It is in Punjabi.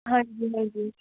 ਹਾਂਜੀ ਹਾਂਜੀ